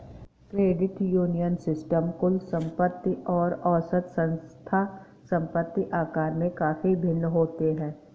credit union system कुल संपत्ति और औसत संस्था संपत्ति आकार में काफ़ी भिन्न होते हैं